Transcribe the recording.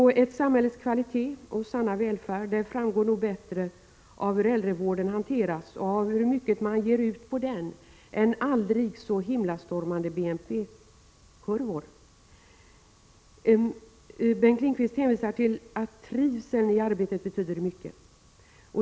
Ett samhälles kvalitet och sanna välfärd framgår nog bättre av hur äldrevården hanteras och av hur mycket man ger ut på den än av aldrig så himlastormande BNP-kurvor. Bengt Lindqvist hänvisar till att trivsel i arbetet betyder mycket.